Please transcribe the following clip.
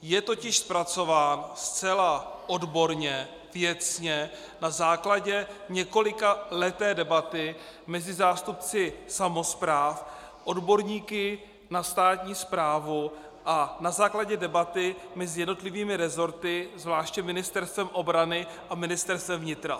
Je totiž zpracován zcela odborně, věcně, na základě několikaleté debaty mezi zástupci samospráv, odborníky na státní správu a na základě debaty mezi jednotlivými resorty, zvláště mezi Ministerstvem obrany a Ministerstvem vnitra.